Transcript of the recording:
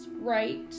right